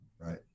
right